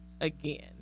again